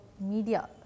media